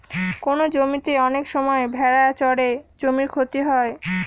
কোনো জমিতে অনেক সময় ভেড়া চড়ে জমির ক্ষতি হয়